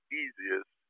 easiest